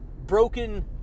broken